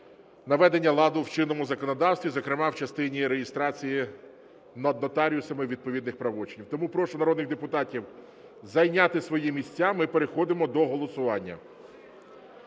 наведення ладу в чинному законодавстві, зокрема в частині реєстрації нотаріусами відповідних правочинів. Тому прошу народних депутатів зайняти свої місця, ми переходимо до голосування.